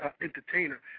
entertainer